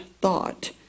thought